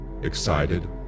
excited